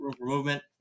movement